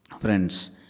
Friends